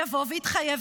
ויבוא ויתחייב,